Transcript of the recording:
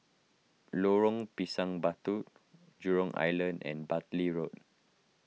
Lorong Pisang Batu Jurong Island and Bartley Road